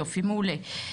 יופי, מעולה.